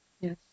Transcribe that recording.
Yes